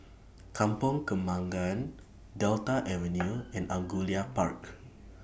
Kampong Kembangan Delta Avenue and Angullia Park